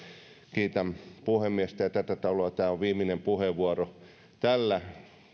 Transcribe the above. kiitän puhemiestä ja tätä taloa tämä on viimeinen puheenvuoroni tällä